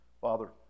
Father